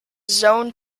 zoned